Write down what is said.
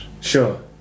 Sure